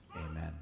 Amen